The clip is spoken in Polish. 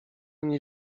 nie